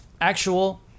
Actual